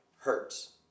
hurts